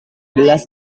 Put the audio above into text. gelas